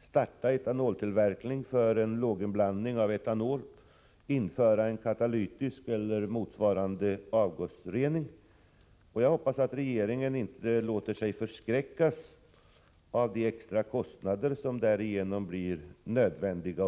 starta etanoltillverkning för låginblandning av etanol och införa en katalytisk avgasrening eller något motsvarande. Jag hoppas att regeringen inte låter sig förskräckas av de extra kostnader som därigenom blir nödvändiga.